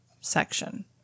section